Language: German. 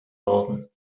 worden